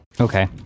Okay